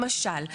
למשל?